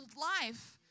life